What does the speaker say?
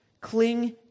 cling